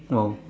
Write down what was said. !wow!